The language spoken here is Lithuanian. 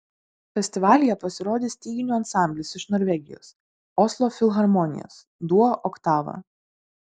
festivalyje pasirodys styginių ansamblis iš norvegijos oslo filharmonijos duo oktava